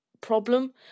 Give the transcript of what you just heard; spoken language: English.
problem